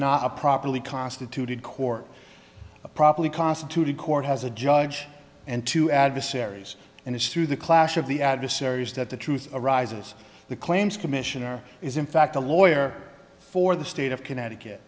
not properly constituted corps properly constituted court has a judge and two adversaries and it's through the clash of the adversaries that the truth arises the claims commissioner is in fact a lawyer for the state of connecticut